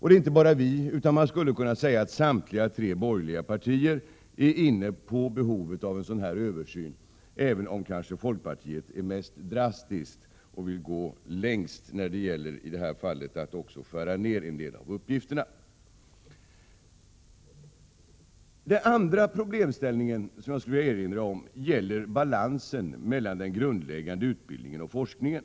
Det är inte bara vi, utan man skulle kunna säga att samtliga tre borgerliga partier är inne på att det behövs en sådan översyn, även om folkpartiet är mest drastiskt och vill gå längst när det gäller att i detta fall även skära ned en del av uppgifterna. Den andra problemställningen som jag skulle vilja erinra om gäller balansen mellan den grundläggande utbildningen om forskningen.